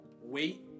Wait